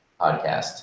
podcast